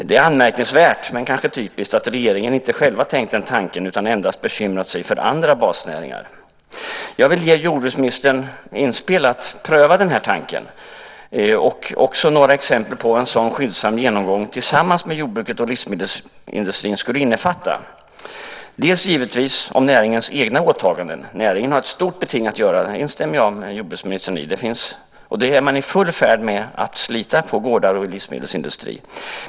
Det är anmärkningsvärt - men kanske typiskt - att regeringen själv inte tänkt den tanken utan endast bekymrat sig för andra basnäringar. Som ett inspel, jordbruksministern, när det gäller att pröva den här tanken vill jag ge några exempel på vad en skyndsam genomgång tillsammans med jordbruket och livsmedelsindustrin skulle innefatta. Dels gäller det givetvis näringens egna åtaganden. Näringen har ett stort beting att göra. Där instämmer jag med jordbruksministern. Man är i full färd med att så att säga slita med detta på gårdar och i livsmedelsindustrin.